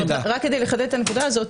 רק כדי לחדד את הנקודה הזו,